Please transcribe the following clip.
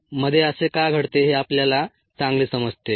coli मध्ये असे का घडते हे आपल्याला चांगले समजते